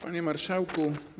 Panie Marszałku!